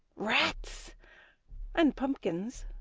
rats and pumpkins!